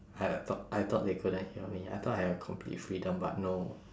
I thought I thought they couldn't hear me I thought I had complete freedom but no